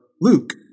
Luke